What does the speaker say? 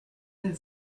der